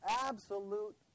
Absolute